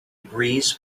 breeze